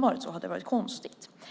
sättet hade det varit konstigt.